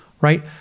right